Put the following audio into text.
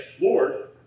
Lord